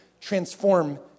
transform